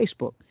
Facebook